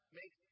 make